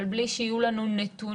אבל בלי שיהיו לנו נתונים,